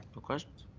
ah questions?